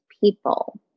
people